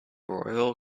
royal